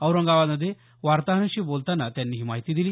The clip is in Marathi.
औरंगाबाद मध्ये वार्ताहरांशी बोलताना त्यांनी ही माहिती दिली